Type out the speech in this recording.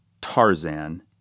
Tarzan